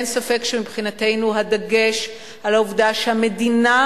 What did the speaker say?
אין ספק שמבחינתנו הדגש על העובדה שהחלוקה